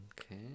Okay